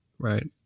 Right